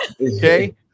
Okay